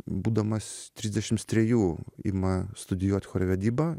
būdamas trisdešims trejų ima studijuot chorvedybą